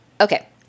Okay